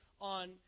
on